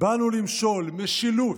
"באנו למשול", "משילות".